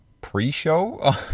pre-show